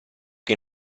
che